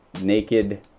naked